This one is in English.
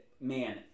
man